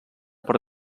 per